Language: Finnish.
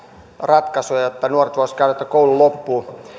ratkaisuja että nuoret voisivat käydä koulun loppuun